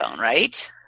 right